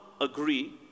agree